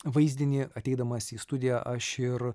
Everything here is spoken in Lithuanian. vaizdinį ateidamas į studiją aš ir